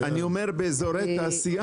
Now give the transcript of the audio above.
אני אומר באזורי תעשייה.